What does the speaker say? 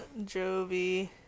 Jovi